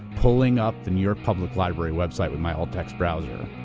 pulling up the new york public library website with my all-text browser.